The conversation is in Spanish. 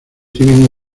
tienen